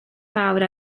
fawr